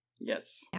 Yes